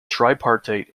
tripartite